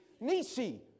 Nisi